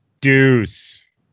Deuce